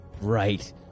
Right